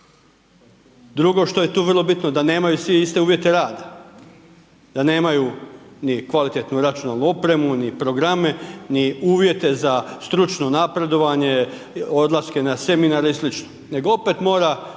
Drugo što je tu vrlo bitno da nemaju svi iste uvjete rada, da nemaju ni kvalitetnu računalnu opremu, ni programe, ni uvjete za stručno napredovanje, odlaske na seminare i sl. Nego opet mora